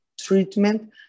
treatment